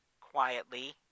quietly